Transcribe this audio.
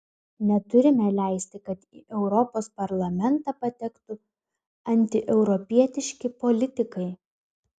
neturime leisti kad į europos parlamentą patektų antieuropietiški politikai